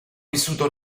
vissuto